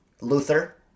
Luther